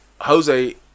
Jose